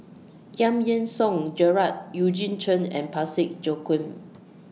Giam Yean Song Gerald Eugene Chen and Parsick Joaquim